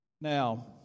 Now